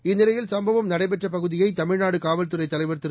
இந்நிலையில் சம்பவம் நடைபெற்ற பகுதியை தமிழ்நாடு காவல்துறை தலைவர் திரு